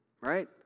Right